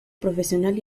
profesional